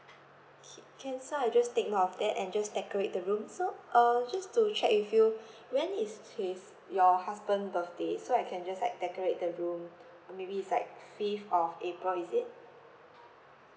K can so I just take note of that and just decorate the room so uh just to check with you when is his your husband birthday so I can just like decorate the room uh maybe it's like fifth of april is it